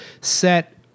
set